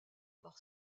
par